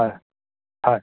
হয় হয়